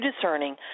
discerning